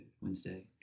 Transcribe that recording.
wednesday